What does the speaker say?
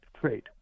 trade